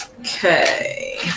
Okay